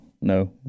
No